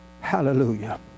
hallelujah